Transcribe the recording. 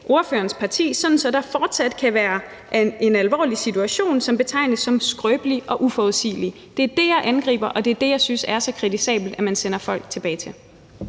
og det betyder, at der fortsat kan være en alvorlig situation, som betegnes som skrøbelig og uforudsigelig. Det er det, jeg angriber, og det er det, jeg synes er så kritisabelt man sender folk tilbage til.